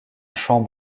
champ